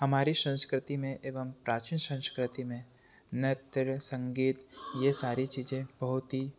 हमारी संस्कृति में एवं प्राचीन संस्कृति में नृत्य संगीत ये सारी चीजें बहुत ही